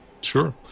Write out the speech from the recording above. Sure